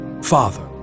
Father